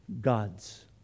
God's